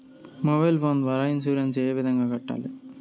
mobile phone ద్వారా insurance ఏ విధంగా కట్టాలి